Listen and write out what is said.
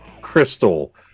crystal